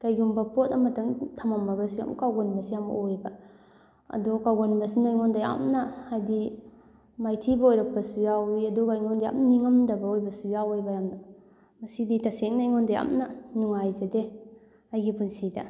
ꯀꯩꯒꯨꯝꯕ ꯄꯣꯠ ꯑꯃꯇꯪ ꯊꯃꯝꯃꯒꯁꯨ ꯌꯥꯝ ꯀꯥꯎꯒꯟꯕꯁꯤ ꯌꯥꯝ ꯑꯣꯏꯑꯕ ꯑꯗꯣ ꯀꯥꯎꯒꯟꯕꯁꯤꯅ ꯑꯩꯉꯣꯟꯗ ꯌꯥꯝꯅ ꯍꯥꯏꯗꯤ ꯃꯥꯏꯊꯤꯕ ꯑꯣꯏꯔꯛꯄꯁꯨ ꯌꯥꯎꯋꯤ ꯑꯗꯨꯒ ꯑꯩꯉꯣꯟꯗ ꯌꯥꯝ ꯅꯤꯡꯉꯝꯗꯕ ꯑꯣꯏꯕꯁꯨ ꯌꯥꯎꯋꯦꯕ ꯌꯥꯝꯅ ꯃꯁꯤꯗꯤ ꯇꯁꯦꯡꯅ ꯑꯩꯉꯣꯟꯗ ꯌꯥꯝꯅ ꯅꯨꯡꯉꯥꯏꯖꯗꯦ ꯑꯩꯒꯤ ꯄꯨꯟꯁꯤꯗ